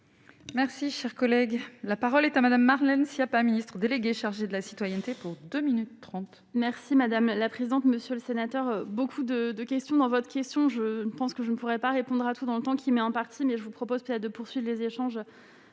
Merci, cher collègue, la parole est à Madame, Marlène Schiappa, ministre déléguée chargée de la citoyenneté pour 2 minutes 30. Merci madame la présidente, monsieur le sénateur, beaucoup de questions dans votre question, je pense que je ne pourrais pas répondre à tous dans le temps, qui met en partie mais je vous propose pas de poursuite des échanges